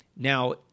Now